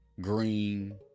Green